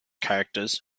characters